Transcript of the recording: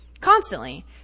constantly